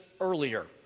earlier